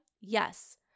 Yes